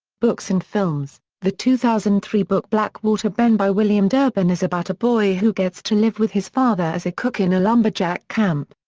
books and films the two thousand and three book blackwater ben by william durbin is about a boy who gets to live with his father as a cook in a lumberjack camp.